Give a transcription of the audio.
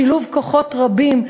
בשילוב כוחות רבים,